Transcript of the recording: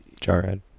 Jarhead